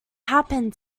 happened